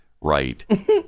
Right